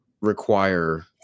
require